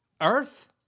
Earth